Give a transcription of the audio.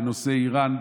בנושא איראן,